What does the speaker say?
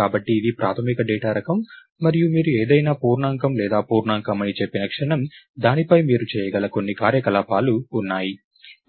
కాబట్టి ఇది ప్రాథమిక డేటా రకం మరియు మీరు ఏదైనా పూర్ణాంకం లేదా పూర్ణాంకం అని చెప్పిన క్షణం దానిపై మీరు చేయగల కొన్ని కార్యకలాపాలు ఉన్నాయి